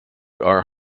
are